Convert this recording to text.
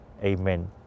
Amen